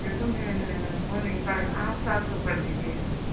छः सौ में हो नहीं पाएगा आप सात सौ कर दीजिएगा